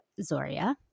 Zoria